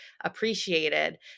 appreciated